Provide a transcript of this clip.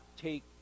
take